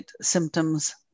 symptoms